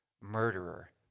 murderer